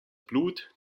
blut